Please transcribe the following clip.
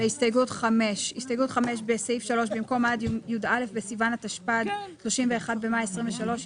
הסתייגות 5. בסעיף 3 במקום "עד י"א בסיוון התשפ"ד (31 במאי 2023)"